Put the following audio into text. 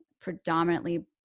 predominantly